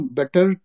better